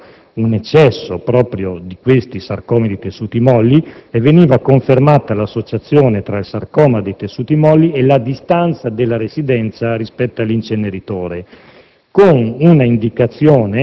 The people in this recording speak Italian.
veniva indicato che vi era un eccesso proprio dei sarcomi dei tessuti molli e veniva confermata l'associazione tra tale sarcoma e la distanza della residenza rispetto all'inceneritore,